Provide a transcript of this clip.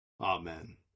Amen